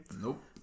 Nope